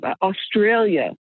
Australia